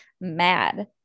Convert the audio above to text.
mad